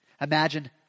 Imagine